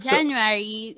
January